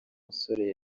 musore